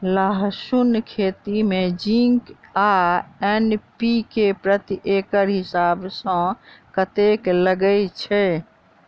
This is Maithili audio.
लहसून खेती मे जिंक आ एन.पी.के प्रति एकड़ हिसाब सँ कतेक लागै छै?